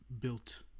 built